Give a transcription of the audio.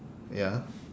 ya